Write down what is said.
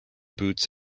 boots